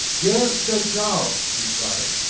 gare centrale! he cried.